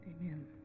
Amen